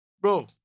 Bro